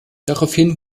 daraufhin